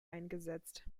eingesetzt